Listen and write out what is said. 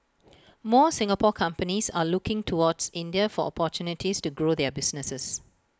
more Singapore companies are also looking towards India for opportunities to grow their businesses